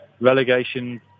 relegation